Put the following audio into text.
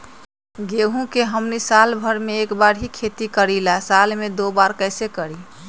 गेंहू के हमनी साल भर मे एक बार ही खेती करीला साल में दो बार कैसे करी?